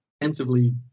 extensively